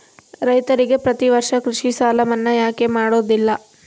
ರೈತರಿಗೆ ಪ್ರತಿ ವರ್ಷ ಕೃಷಿ ಸಾಲ ಮನ್ನಾ ಯಾಕೆ ಮಾಡೋದಿಲ್ಲ?